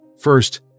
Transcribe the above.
First